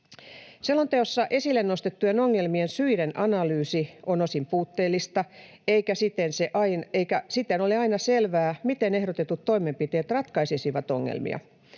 Selonteossa esille nostettujen ongelmien syiden analyysi on osin puutteellista, eikä siten ole aina selvää, miten ehdotetut toimenpiteet ratkaisisivat ongelmia.